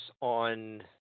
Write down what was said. on